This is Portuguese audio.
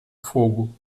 fogo